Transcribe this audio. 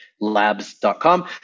labs.com